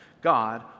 God